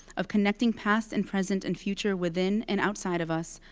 of connecting past and present and future within and outside of us,